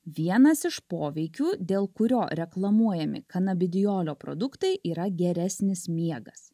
vienas iš poveikių dėl kurio reklamuojami kanabidijolio produktai yra geresnis miegas